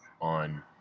on